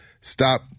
Stop